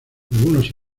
algunos